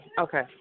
Okay